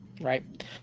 Right